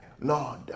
Lord